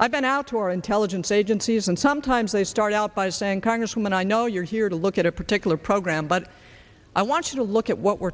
i've been out to our intelligence agencies and sometimes they start out by saying congresswoman i know you're here to look at a particular program but i want you to look at what we're